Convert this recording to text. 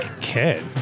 Kid